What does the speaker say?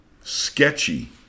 sketchy